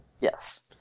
Yes